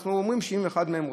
אנחנו אומרים: אם אחד מהם רוצה.